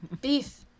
Beef